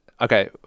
okay